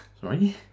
Sorry